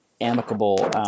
amicable